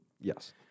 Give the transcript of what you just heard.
Yes